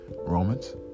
Romans